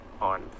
on